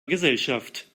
gesellschaft